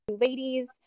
ladies